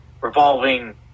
revolving